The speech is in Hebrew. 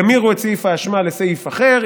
ימירו את סעיף האשמה בסעיף אחר,